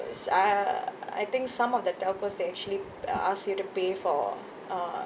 uh I think some of the telcos they actually uh ask you to pay for uh